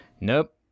Nope